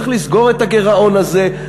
אז צריך לסגור את הגירעון הזה,